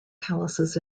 palaces